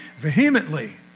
vehemently